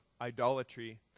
idolatry